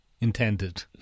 intended